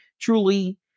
truly